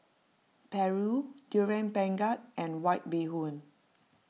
Paru Durian Pengat and White Bee Hoon